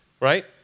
Right